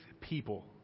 people